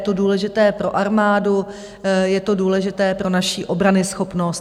Je to důležité pro armádu, je to důležité pro naši obranyschopnost.